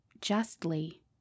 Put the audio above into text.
justly